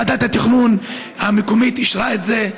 ועדת התכנון המקומית אישרה את זה,